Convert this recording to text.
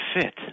fit